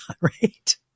right